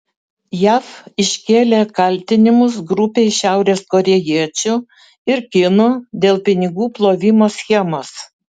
jav iškėlė kaltinimus grupei šiaurės korėjiečių ir kinų dėl pinigų plovimo schemos